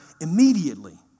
immediately